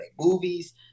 movies